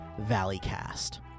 VALLEYCAST